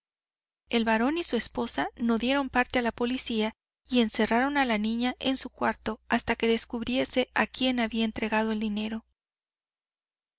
el barón y su esposa no dieron parte a la policía y encerraron a la niña en su cuarto hasta que descubriese a quién había entregado el dinero